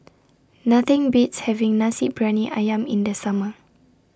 Nothing Beats having Nasi Briyani Ayam in The Summer